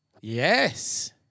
Yes